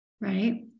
Right